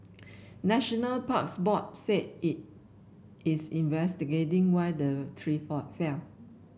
National Parks Board said it's investigating why the tree fall fell